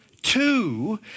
Two